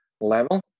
level